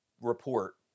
report